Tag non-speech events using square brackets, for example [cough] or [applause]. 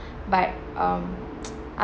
but um [noise]